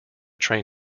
train